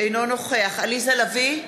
אינו נוכח עליזה לביא,